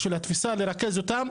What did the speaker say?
של התפיסה לרכז אותם.